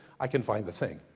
i can find the thing.